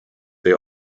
they